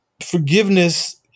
forgiveness